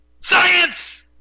science